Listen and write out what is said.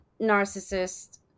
narcissist